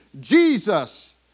Jesus